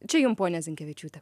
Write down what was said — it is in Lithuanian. čia jum ponia zinkevičiūte